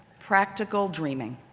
practical dreaming.